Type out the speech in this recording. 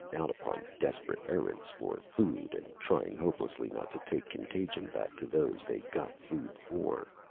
out upon desperate errands for food and trying hopelessly not to take contagion back to those they got food for.